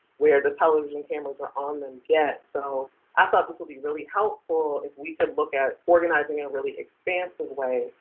where the television cameras are on them, get. so i thought this would be really helpful if we could look at organizing in a really expansive way,